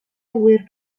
ŵyr